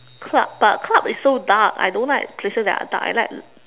club but club is so dark I don't like places that are dark I like